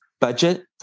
budget